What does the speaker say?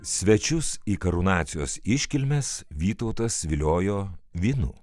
svečius į karūnacijos iškilmes vytautas viliojo vynu